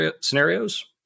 scenarios